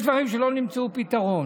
יש דברים שלא נמצא פתרון.